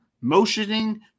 motioning